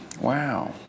Wow